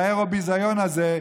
לאירוביזיון הזה: